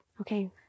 okay